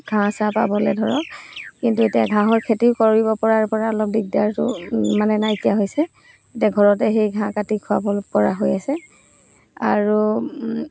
ঘাঁহ চাহ পাবলৈ ধৰক কিন্তু এতিয়া ঘাঁহৰ খেতিও কৰিব পৰাৰ অলপ দিগদাৰটো মানে নাইকিয়া হৈছে এতিয়া ঘৰতে সেই ঘাঁহ কাটি খুৱাব পৰা হৈ আছে আৰু